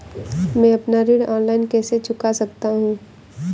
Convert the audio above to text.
मैं अपना ऋण ऑनलाइन कैसे चुका सकता हूँ?